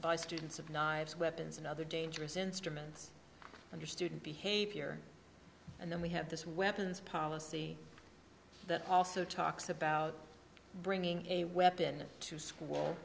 by students of knives weapons and other dangerous instruments under student behavior and then we have this weapons policy that also talks about bringing a weapon to school